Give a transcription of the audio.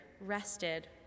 rested